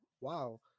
wow